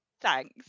Thanks